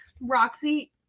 Roxy